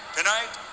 Tonight